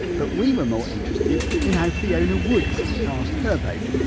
but we were more interested in how fiona woods cast her vote.